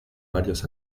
varios